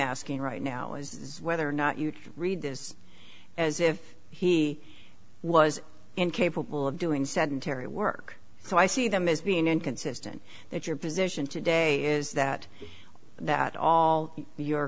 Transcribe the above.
asking right now is whether or not you read this as if he was incapable of doing sedentary work so i see them as being inconsistent that your position today is that that all your